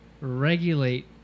regulate